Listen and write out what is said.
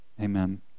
Amen